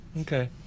okay